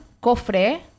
Cofre